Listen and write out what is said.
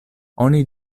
oni